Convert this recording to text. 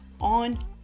on